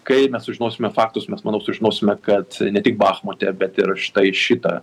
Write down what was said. kai mes sužinosime faktus mes manau sužinosime kad ne tik bachmute bet ir štai šita